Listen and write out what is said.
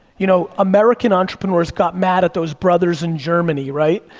you know american entrepreneurs got mad at those brothers in germany, right,